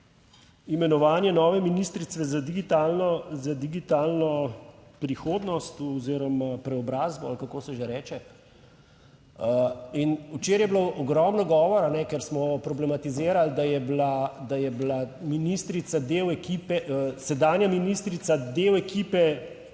imenovanje nove ministrice za digitalno, za digitalno prihodnost oziroma preobrazbo ali kako se že reče in včeraj je bilo ogromno govora, ker smo problematizirali, da je bila, da je bila ministrica del ekipe,